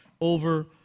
over